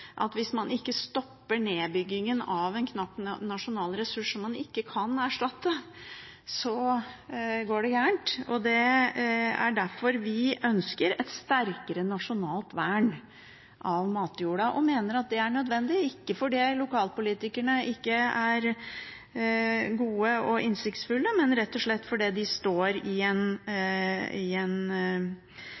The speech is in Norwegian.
at hvis man ikke stopper nedbyggingen av en knapp nasjonal ressurs som man ikke kan erstatte, går det gærent. Det er derfor vi ønsker et sterkere nasjonalt vern av matjorda og mener at det er nødvendig – ikke fordi lokalpolitikerne ikke er gode og innsiktsfulle, men rett og slett fordi de står